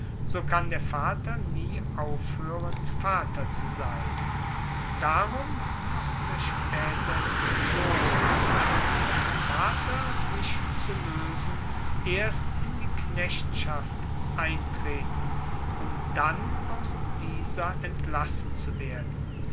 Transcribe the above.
so kann der vater nie aufhoeren vater zu sein darum musste spaeterhin der sohn um von dem vater sich zu loesen erst in die knechtschaft eintreten um dann aus dieser entlassen zu werden